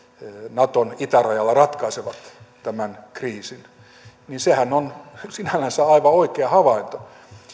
naton itärajalla ratkaisevat tämän kriisin niin sehän on sinällänsä aivan oikea havainto